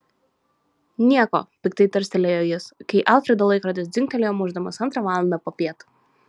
nieko piktai tarstelėjo jis kai alfredo laikrodis dzingtelėjo mušdamas antrą valandą popiet